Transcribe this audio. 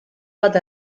bat